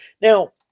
Now